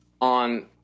on